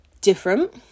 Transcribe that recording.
different